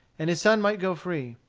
and his son might go free.